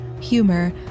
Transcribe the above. humor